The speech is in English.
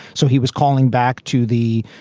so he was calling back to the,